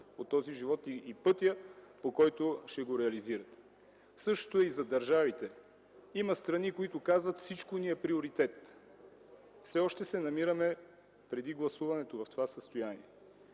от този живот, и пътят, по който ще го реализират. Същото е и за държавите. Има страни, които казват: всичко ни е приоритет. Все още се намираме, преди гласуването, в това състояние.